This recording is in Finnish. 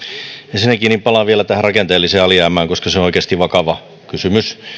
ensinnäkin palaan vielä tähän rakenteelliseen alijäämään koska se on oikeasti vakava kysymys me olemme